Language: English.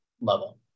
level